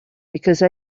because